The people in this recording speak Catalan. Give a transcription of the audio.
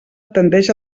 tendeix